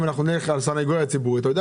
אם נלך על הסניגוריה הציבורית,